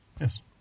Yes